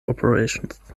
operations